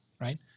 right